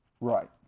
Right